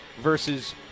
versus